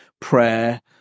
prayer